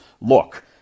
look